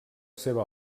seva